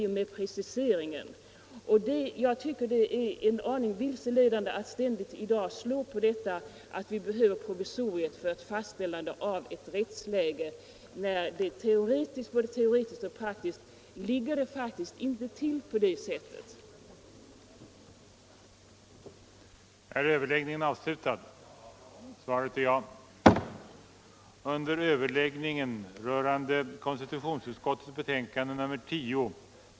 Jag tycker att det är en aning vilseledande när man i dag hela tiden slår på att vi behöver provisoriet för fastställande av ett rätts = Nr 46 läge, när det både teoretiskt och praktiskt inte ligger till på det sättet.